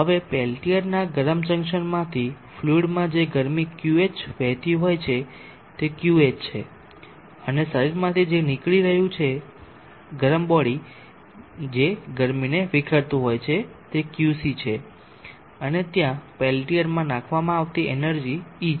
હવે પેલ્ટીરના ગરમ જંકશનમાંથી ફ્લુઇડમાં જે ગરમી Qh વહેતી હોય છે તે Qh છે અને શરીરમાંથી જે નીકાળી રહ્યું છે ગરમ બોડી જે ગરમીને વિખેરતું હોય છે તે Qc છે અને ત્યાં પેલ્ટીરમાં નાખવામાં આવતી એનર્જી E છે